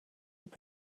have